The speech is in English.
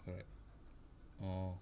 correct orh